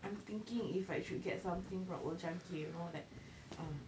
I'm thinking if I should get something from old chang kee you know like uh